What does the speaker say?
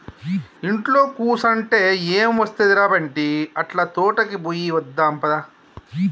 ఇంట్లో కుసంటే ఎం ఒస్తది ర బంటీ, అట్లా తోటకి పోయి వద్దాం పద